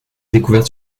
découverte